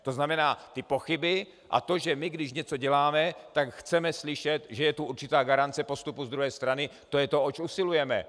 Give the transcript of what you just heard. To znamená ty pochyby a to, že my, když něco děláme, tak chceme slyšet, že je tu určitá garance postupu z druhé strany, to je to, oč usilujeme.